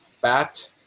fat